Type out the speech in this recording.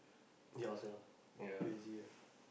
ya sia !wah! crazy eh